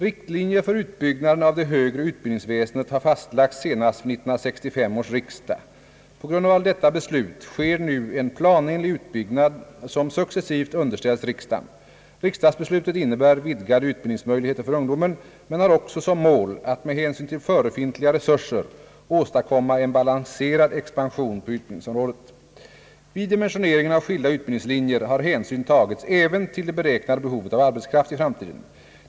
Riktlinjer för utbyggnaden av det högre utbildningsväsendet har fastlagts senast vid 1965 års riksdag. På grundval av detta beslut sker nu en planenlig utbyggnad, som successivt underställs riksdagen. Riksdagsbeslutet innebär vidgade utbildningsmöjligheter för ungdomen men har också som mål att med hänsyn till förefintliga resurser åstadkomma en balanserad expansion på utbildningsområdet. Vid dimensioneringen av skilda utbildningslinjer har hänsyn tagits även till det beräknade behovet av arbetskraft i framtiden.